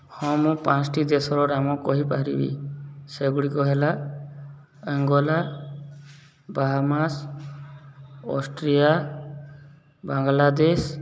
ହଁ ମୁଁ ପାଞ୍ଚଟି ଦେଶର ନାମ କହିପାରିବି ସେଗୁଡ଼ିକ ହେଲା ଅଙ୍ଗୋଲା ବାହାମାସ୍ ଅଷ୍ଟ୍ରିଆ ବାଂଲାଦେଶ୍